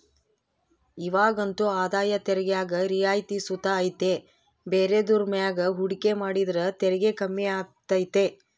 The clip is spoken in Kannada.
ಇವಾಗಂತೂ ಆದಾಯ ತೆರಿಗ್ಯಾಗ ರಿಯಾಯಿತಿ ಸುತ ಐತೆ ಬೇರೆದುರ್ ಮ್ಯಾಗ ಹೂಡಿಕೆ ಮಾಡಿದ್ರ ತೆರಿಗೆ ಕಮ್ಮಿ ಆಗ್ತತೆ